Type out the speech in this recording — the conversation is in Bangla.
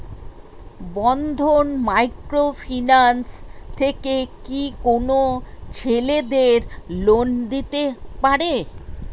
বন্ধন মাইক্রো ফিন্যান্স থেকে কি কোন ছেলেদের লোন দিতে পারে?